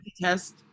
test